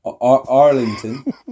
Arlington